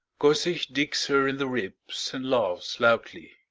kosich digs her in the ribs and laughs loudly.